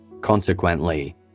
Consequently